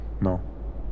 No